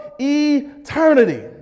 eternity